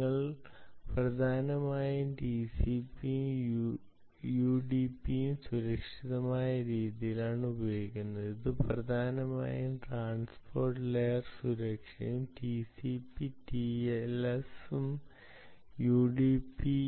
നിങ്ങൾ പ്രധാനമായും ടിസിപിയും യുഡിപിയും സുരക്ഷിതമായ രീതിയിലാണ് ഉപയോഗിക്കുന്നത് അത് പ്രധാനമായും ട്രാൻസ്പോർട്ട് ലെയർ സുരക്ഷയും ടിസിപി ടിഎൽഎസും യുഡിപി